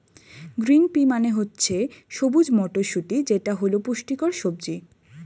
green pea মানে হচ্ছে সবুজ মটরশুঁটি যেটা হল পুষ্টিকর সবজি